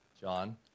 John